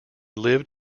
lived